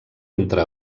entre